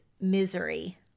Misery